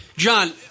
John